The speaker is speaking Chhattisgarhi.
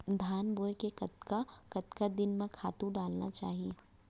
धान बोए के कतका कतका दिन म खातू डालना चाही?